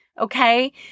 Okay